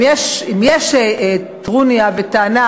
אם יש טרוניה וטענה,